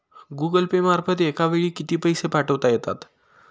Google Pay मार्फत एका वेळी किती पैसे पाठवता येतात?